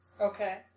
Okay